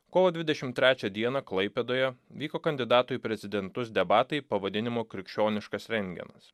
kovo dvidešimt trečią dieną klaipėdoje vyko kandidatų į prezidentus debatai pavadinimu krikščioniškas rentgenas